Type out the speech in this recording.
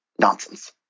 nonsense